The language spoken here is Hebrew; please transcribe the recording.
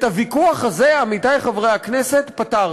את הוויכוח הזה, עמיתי חברי הכנסת, פתרנו.